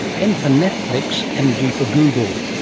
n for netflix and g for google,